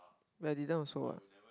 but you didn't also what